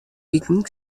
wiken